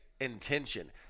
intention